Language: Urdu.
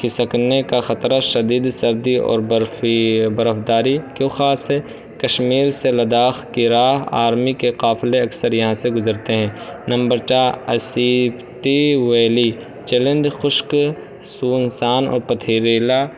کھسکنے کا خطرہ شدید سردی اور برفی برفداری کے خاص کشمیر سے لداخ کر راہ آرمی کے قافلے اکثر یہاں سے گزرتے ہیں نمبر چار اسفیتی ویلی خشک سنسان اور پتھریلا